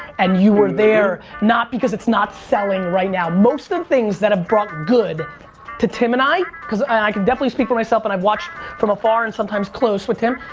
and you were there, not because it's not selling right now, most of and things that have brought good to tim and i, cause i can definitely speak for myself but i've watched from afar and sometimes close with tim,